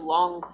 Long